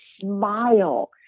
smile